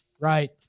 right